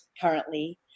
currently